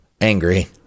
angry